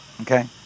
Okay